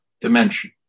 dimension